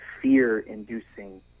fear-inducing